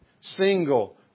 single